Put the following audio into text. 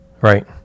right